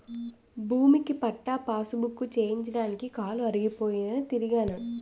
భూమిక పట్టా పాసుబుక్కు చేయించడానికి కాలు అరిగిపోయి తిరిగినాను